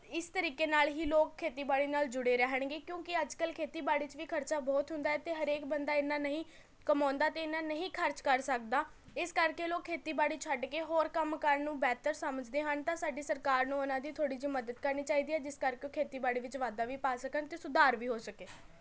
ਇਸ ਤਰੀਕੇ ਨਾਲ ਹੀ ਲੋਕ ਖੇਤੀਬਾੜੀ ਨਾਲ ਜੁੜੇ ਰਹਿਣਗੇ ਕਿਉਂਕਿ ਅੱਜ ਕੱਲ੍ਹ ਖੇਤੀਬਾੜੀ 'ਚ ਵੀ ਖਰਚਾ ਬਹੁਤ ਹੁੰਦਾ ਏ ਅਤੇ ਹਰੇਕ ਬੰਦਾ ਇੰਨਾਂ ਨਹੀਂ ਕਮਾਉਂਦਾ ਅਤੇ ਇੰਨਾਂ ਨਹੀਂ ਖਰਚ ਕਰ ਸਕਦਾ ਇਸ ਕਰਕੇ ਲੋਕ ਖੇਤੀਬਾੜੀ ਛੱਡ ਕੇ ਹੋਰ ਕੰਮ ਕਰਨ ਨੂੰ ਬਿਹਤਰ ਸਮਝਦੇ ਹਨ ਤਾਂ ਸਾਡੀ ਸਰਕਾਰ ਨੂੰ ਉਹਨਾਂ ਦੀ ਥੋੜ੍ਹੀ ਜਿਹੀ ਮਦਦ ਕਰਨੀ ਚਾਹੀਦੀ ਹੈ ਜਿਸ ਕਰਕੇ ਖੇਤੀਬਾੜੀ ਵਿੱਚ ਵਾਧਾ ਵੀ ਪਾ ਸਕਣ ਅਤੇ ਸੁਧਾਰ ਵੀ ਹੋ ਸਕੇ